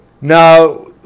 Now